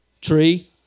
tree